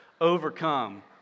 overcome